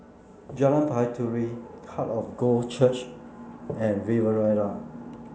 Jalan Baiduri Heart of God Church and Riviera